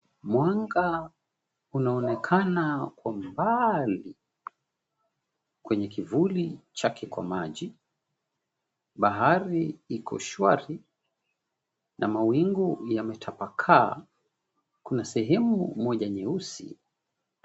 Mwanga unaonekana kwa mbali kwenye kivuli chake kwa maji bahari iko shwari na mawingu yametapakaa kuna sehemu moja nyeusi.